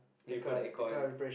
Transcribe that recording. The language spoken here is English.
you put in the aircon